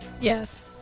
Yes